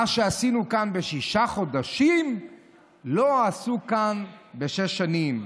מה שעשינו כאן בשישה חודשים לא עשו כאן בשש שנים.